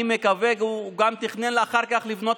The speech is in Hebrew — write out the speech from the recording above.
אני מקווה שהוא גם תכנן אחר כך לבנות